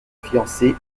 fiancée